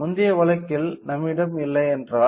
முந்தைய வழக்கில் நம்மிடம் இல்லையென்றால்